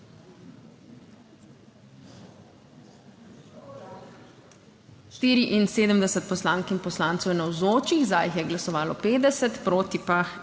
75 poslank in poslancev je navzočih, 51 jih je glasovalo za, 23 pa